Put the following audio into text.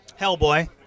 Hellboy